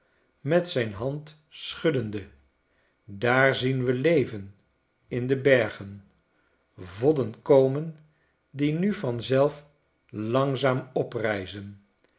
met zijn hand schuddende daar zien we leven in de bergen vodden komen die nu vanzelf langzaam